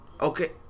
Okay